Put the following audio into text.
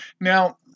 Now